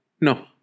No